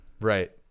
right